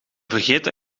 vergeten